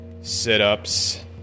sit-ups